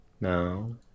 No